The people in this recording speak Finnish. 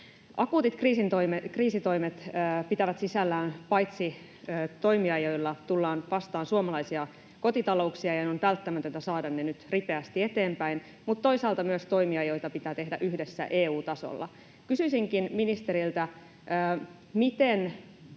Akuutit kriisitoimet pitävät sisällään paitsi toimia, joilla tullaan vastaan suomalaisia kotitalouksia — ne on välttämätöntä saada nyt ripeästi eteenpäin — mutta toisaalta myös toimia, joita pitää tehdä yhdessä EU-tasolla. Kysyisinkin ministeriltä: miten